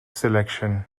selection